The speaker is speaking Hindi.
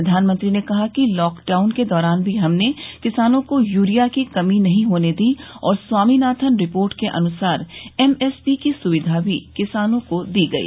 प्रधानमंत्री ने कहा कि लाकडाउन के दौरान भी हमने किसानों को यूरिया की कमी नहीं होने दी और स्वामीनाथन रिपोर्ट के अनुसार एमएसपी की सुविधा भी किसानों को दी गई